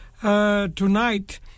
tonight